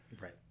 right